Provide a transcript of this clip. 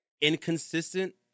inconsistent